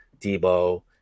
Debo